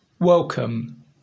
Welcome